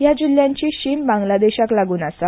ह्या जिल्ल्यांची शिम बांगलादेशाक लागुन आसा